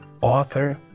author